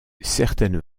certaines